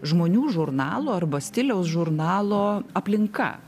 žmonių žurnalo arba stiliaus žurnalo aplinka